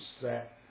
set